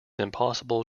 impossible